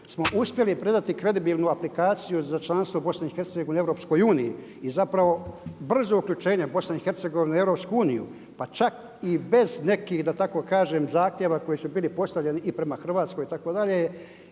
smo uspjeli predati kredibilnu aplikaciju za članstvo BiH-a u Europskoj uniji i zapravo brzo uključenje BiH-a u Europsku uniju pa čak i bez nekih da tako kažem zahtjeva koji su bili postavljeni i prema Hrvatskoj itd.